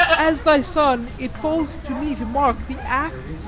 as thy son, it falls to me to mark the acts,